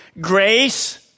Grace